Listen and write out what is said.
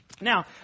Now